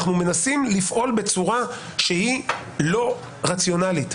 אנחנו מנסים לפעול בצורה שהיא לא רציונאלית.